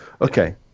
okay